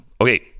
okay